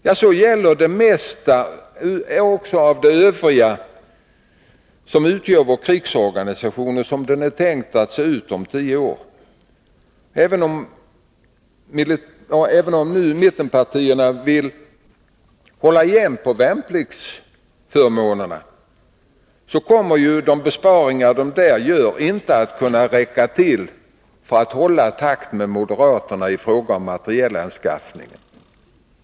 Detsamma gäller för det mesta av det övriga i vår krigsorganisation i dag och förslagen om hur den skall se ut om tio år. Även om nu mittenpartierna vill hålla igen på värnpliktsförmånerna, så kommer de besparingar man där gör inte att räcka till för att man skall hålla jämna steg med moderaterna i fråga om materielanskaffningen.